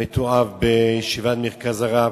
המתועב, בישיבת "מרכז הרב"